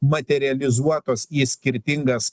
materializuotas į skirtingas